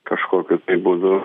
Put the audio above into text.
kažkokiu tai būdu